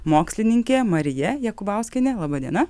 mokslininkė marija jakubauskienė laba diena